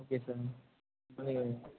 okay sir